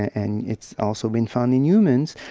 and it's also been found in humans,